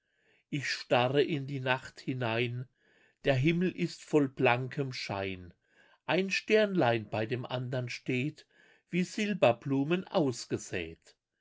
ich starre in die nacht hinein der himmel ist voll blankem schein ein sternlein bei dem andern steht wie silberblumen ausgesät